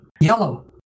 Yellow